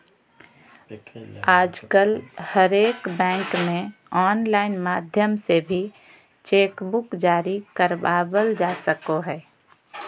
आजकल हरेक बैंक मे आनलाइन माध्यम से भी चेक बुक जारी करबावल जा सको हय